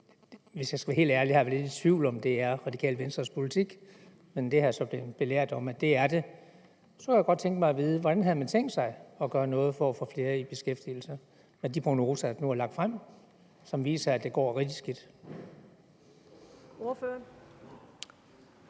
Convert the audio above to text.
Hvis jeg skal være helt ærlig, har jeg været lidt i tvivl, om det er Det Radikale Venstres politik, men det er jeg så blevet belært om at det er. Nu kunne jeg godt tænke mig at vide, hvad man har tænkt sig at gøre for at få flere i beskæftigelse, når de prognoser, der nu er lagt frem, viser, at det går rigtig